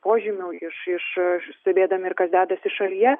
požymių iš iš stebėdami ir kas dedasi šalyje